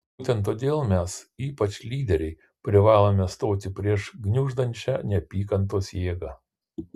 būtent todėl mes ypač lyderiai privalome stoti prieš gniuždančią neapykantos jėgą